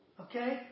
okay